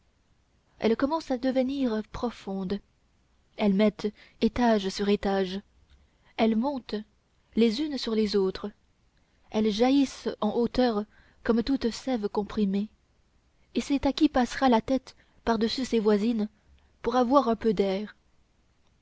elles commencent à devenir profondes elles mettent étages sur étages elles montent les unes sur les autres elles jaillissent en hauteur comme toute sève comprimée et c'est à qui passera la tête par-dessus ses voisines pour avoir un peu d'air